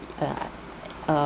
uh